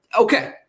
Okay